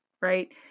Right